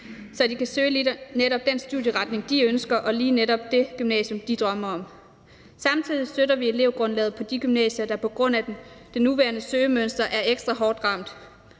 så de kan søge lige netop den studieretning, de ønsker, og lige netop det gymnasium, de drømmer om. Samtidig støtter vi elevgrundlaget på de gymnasier, der på grund af det nuværende søgemønster er ekstra hårdt ramt.